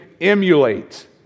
emulate